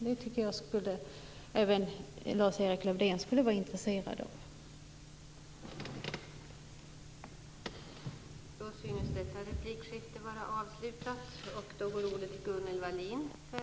Det borde även Lars Erik Lövdén vara intresserad av.